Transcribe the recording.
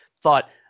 thought